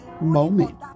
moment